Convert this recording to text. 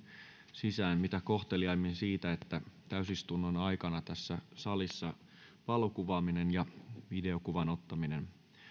sisään mitä kohteliaimmin siitä että täysistunnon aikana tässä salissa valokuvaaminen ja videokuvan ottaminen